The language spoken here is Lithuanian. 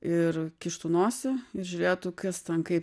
ir kištų nosį ir žiūrėtų kas ten kaip